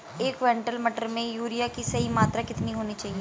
एक क्विंटल मटर में यूरिया की सही मात्रा कितनी होनी चाहिए?